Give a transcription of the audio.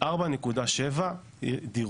4.7 דירות.